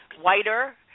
whiter